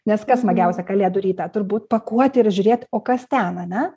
nes kas smagiausia kalėdų rytą turbūt pakuoti ir žiūrėt o kas ten ane